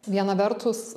viena vertus